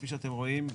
כפי שאתם רואים,